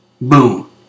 Boom